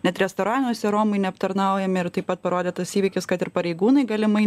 net restoranuose romai neaptarnaujami ir taip pat parodytas įvykis kad ir pareigūnai galimai